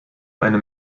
eine